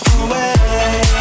away